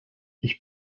ich